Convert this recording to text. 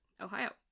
Ohio